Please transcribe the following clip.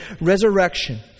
resurrection